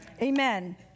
Amen